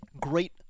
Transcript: great